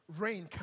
rain